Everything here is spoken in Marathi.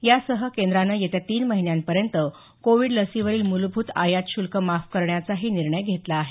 यासह केंद्रानं येत्या तीन महिन्यांपर्यंत कोविड लसीवरील म्लभूत आयात श्ल्क माफ करण्याचाही निर्णय घेतला आहे